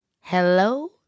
Hello